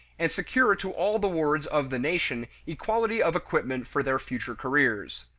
and secure to all the wards of the nation equality of equipment for their future careers.